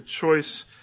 choice